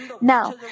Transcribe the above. Now